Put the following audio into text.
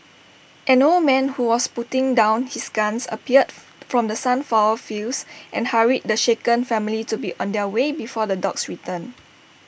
an old man who was putting down his gun appeared from the sunflower fields and hurried the shaken family to be on their way before the dogs return